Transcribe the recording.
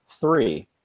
three